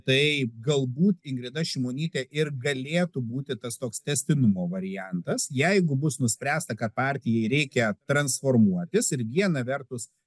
tai galbūt ingrida šimonytė ir galėtų būti tas toks tęstinumo variantas jeigu bus nuspręsta kad partijai reikia transformuotis ir viena vertus